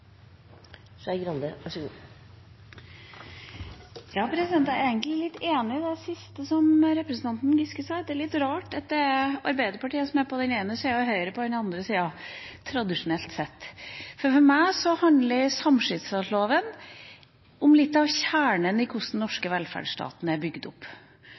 Giske sa, at det er litt rart at det er Arbeiderpartiet som er på den ene sida og Høyre på den andre, tradisjonelt sett. For meg handler studentsamskipnadsloven om litt av kjernen i hvordan den norske velferdsstaten er bygd opp.